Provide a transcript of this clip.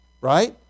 Right